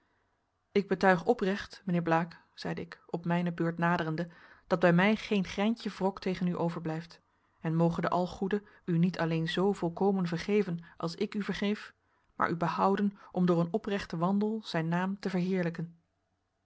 ik betuig oprecht mijnheer blaek zeide ik op mijne beurt naderende dat bij mij geen greintje wrok tegen u overblijft en moge de algoede u niet alleen zoo volkomen vergeven als ik u vergeef maar u behouden om door een oprechten wandel zijn naam te verheerlijken